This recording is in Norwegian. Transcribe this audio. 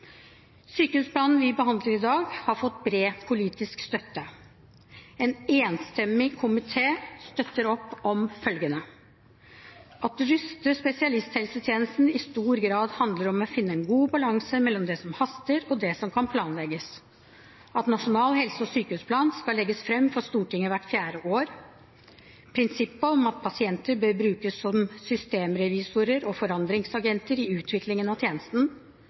Sykehusplanen vi behandler i dag, har fått bred politisk støtte. En enstemmig komité støtter opp om følgende: at å ruste spesialisthelsetjenesten i stor grad handler om å finne en god balanse mellom det som haster, og det som kan planlegges at Nasjonal helse- og sykehusplan skal legges fram for Stortinget hvert fjerde år prinsippet om at pasienter bør brukes som systemrevisorer og forandringsagenter i utviklingen av tjenesten